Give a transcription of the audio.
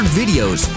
videos